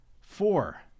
Four